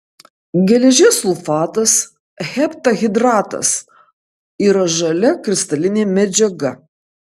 geležies sulfatas heptahidratas yra žalia kristalinė medžiaga